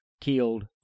killed